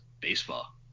baseball